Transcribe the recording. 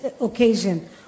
occasion